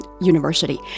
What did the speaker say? university